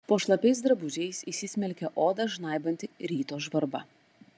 po šlapiais drabužiais įsismelkė odą žnaibanti ryto žvarba